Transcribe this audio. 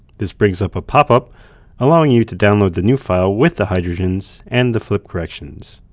this brings up a popup allowing you to download the new file with the hydrogens and the flip corrections.